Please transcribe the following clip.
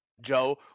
Joe